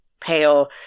pale